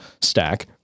stack